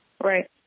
Right